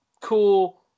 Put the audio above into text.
cool